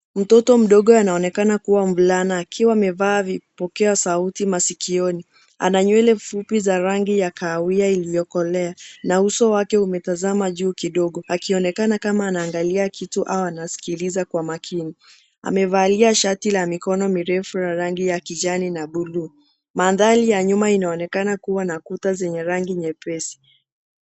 Mtoto mdogo anaonekana kuwa mvulana, akiwa amevaa vipokea sauti maskioni .Ana nywele fupi za rangi ya kahawia iliyokolea ,na uso wake umetazama juu kidogo, akionekana kama anaangalia kitu au anaskiliza kwa makini .Amevalia shati la mikono mirefu la rangi ya kijani na buluu. Mandhari ya nyuma inaonekana kuwa na kuta zenye rangi nyepesi.